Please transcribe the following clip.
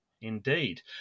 indeed